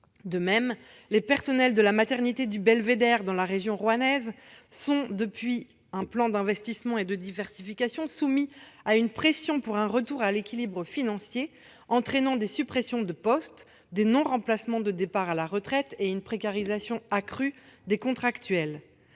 De même, les personnels de la maternité du Belvédère, dans la région rouennaise, sont soumis, depuis l'adoption d'un plan d'investissement et de diversification, à une pression visant le retour à l'équilibre financier, ce qui entraîne des suppressions de postes, le non-remplacement de certains départs à la retraite et une précarisation accrue des contractuels.